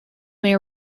may